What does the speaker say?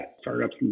startups